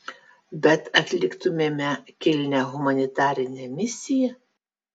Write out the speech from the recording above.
bet atliktumėme kilnią humanitarinę misiją